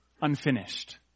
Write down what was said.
unfinished